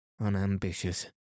unambitious